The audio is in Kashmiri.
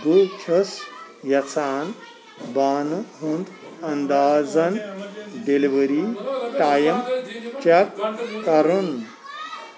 بہٕ چھس یژھان بانہٕ ہُنٛد انٛدازَن ڈیٚلِؤری ٹایم چیٚک کرُن